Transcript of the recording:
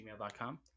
gmail.com